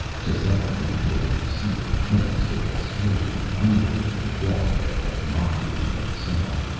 tascela came toward the seated prince with a swaying, undulating walk that was mockery in itself.